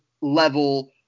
level